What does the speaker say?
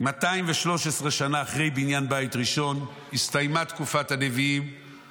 213 שנה אחרי בניין בית ראשון הסתיימה תקופת הנביאים